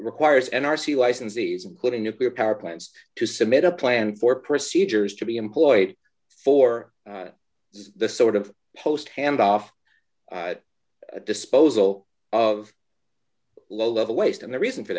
requires n r c licensees including nuclear power plants to submit a plan for procedures to be employed for the sort of post handoff disposal of low level waste and the reason for